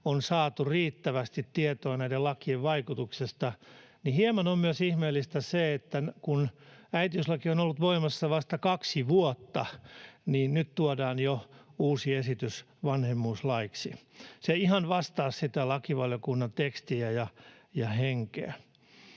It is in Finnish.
on saatu riittävästi tietoa näiden lakien vaikutuksesta, niin hieman on ihmeellistä se, että kun äitiyslaki on ollut voimassa vasta kaksi vuotta, niin nyt tuodaan jo uusi esitys vanhemmuuslaiksi. Se ei ihan vastaa sitä lakivaliokunnan tekstiä ja henkeä.